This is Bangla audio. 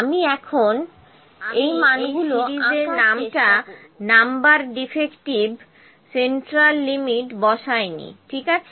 আমি এই সিরিজের নামটা নাম্বার ডিফেক্টিভ সেন্ট্রাল লিমিট বসাই নি ঠিক আছে